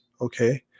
okay